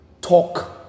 talk